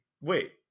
wait